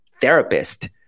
therapist